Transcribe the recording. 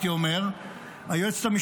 הייתי אומר,